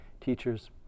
Teachers